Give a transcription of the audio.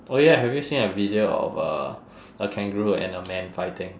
oh ya have you seen a video of a a kangaroo and a man fighting